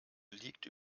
liegt